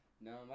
No